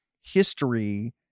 history